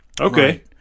Okay